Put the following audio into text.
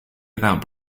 without